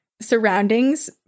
surroundings